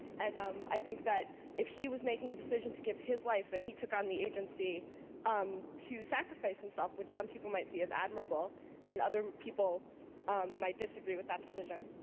and um i think that if he was making a decision to give his life then he took on the agency um to sacrifice himself which some people might see as admirable and other people might disagree with that decision.